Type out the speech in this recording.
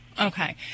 Okay